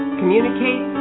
communicate